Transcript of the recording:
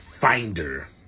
finder